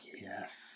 yes